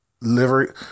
liver